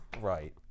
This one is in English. Right